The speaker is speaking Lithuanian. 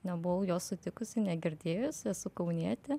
nebuvau jos sutikusi negirdėjus esu kaunietė